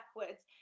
backwards